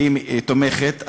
היא תומכת.